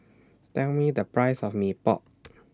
Tell Me The Price of Mee Pok